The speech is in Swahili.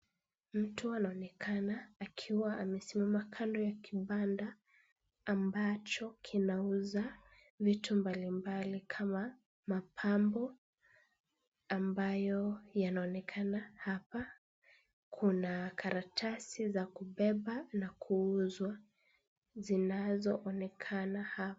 Mtu anaonekana akiwa amesimama kando ya kibanda, ambacho kinauza vitu mbalimbali kama mapambo, ambayo yanaonekana hapa, kuna karatasi za kubeba na kuuzwa zinazoonekana hapa.